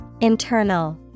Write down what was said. Internal